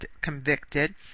convicted